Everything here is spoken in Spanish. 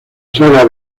saga